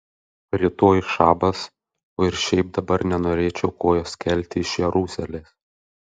rytoj šabas o ir šiaip dabar nenorėčiau kojos kelti iš jeruzalės